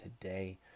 today